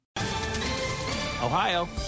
Ohio